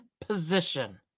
position